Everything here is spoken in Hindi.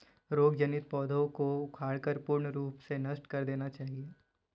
रोग जनित पौधों को उखाड़कर पूर्ण रूप से नष्ट कर देना चाहिये